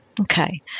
Okay